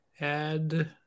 add